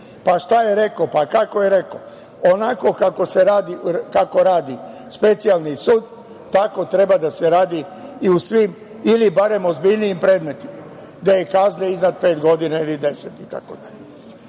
pa šta je rekao, pa kako je rekao, onako kako radi Specijalni sud, tako treba da se radi i u svim ili barem ozbiljnijim predmetima, gde je kazna iznad pet ili deset